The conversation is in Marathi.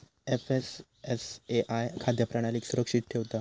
एफ.एस.एस.ए.आय खाद्य प्रणालीक सुरक्षित ठेवता